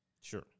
Sure